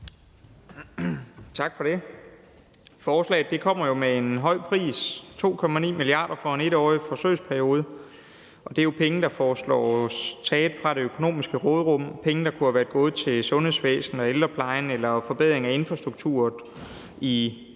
Tak for det. Forslaget kommer jo med en høj pris: 2,9 mia. kr. for en 1-årig forsøgsperiode. Det er jo penge, der foreslås taget fra det økonomiske råderum – penge, der kunne være gået til sundhedsvæsenet, ældreplejen eller forbedring af infrastrukturen i de